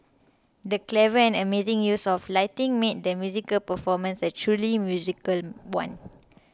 the clever and amazing use of lighting made the musical performance a truly magical one